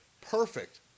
Perfect